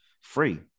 free